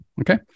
okay